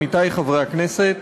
עמיתי חברי הכנסת,